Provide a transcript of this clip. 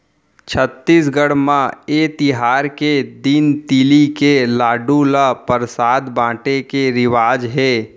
छत्तीसगढ़ म ए तिहार के दिन तिली के लाडू ल परसाद बाटे के रिवाज हे